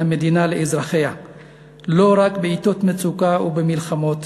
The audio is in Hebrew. המדינה לאזרחיה לא רק בעתות מצוקה ובמלחמות,